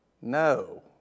No